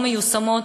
לא מיושמות,